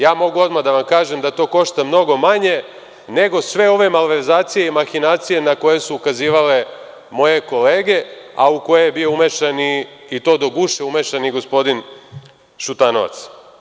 Ja mogu odmah da vam kažem da to košta mnogo manje nego sve ove malverzacije i mahinacije na koje su ukazivale moje kolege, a u koje je bio umešan, i to do guše umešan, i gospodin Šutanovac.